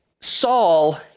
Saul